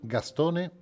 Gastone